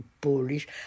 Polish